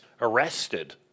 arrested